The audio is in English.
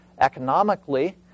Economically